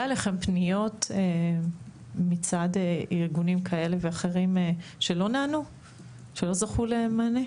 היה אליכם פניות מצד ארגונים כאלה ואחרים שלא זכו למענה?